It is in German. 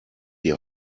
die